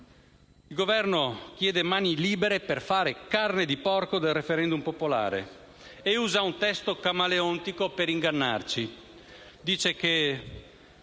II Governo chiede mani libere par fare carne di porco del *referendum* popolare. E usa un testo camaleontico per ingannarci. Dice: